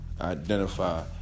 Identify